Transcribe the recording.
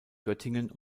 göttingen